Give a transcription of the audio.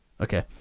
Okay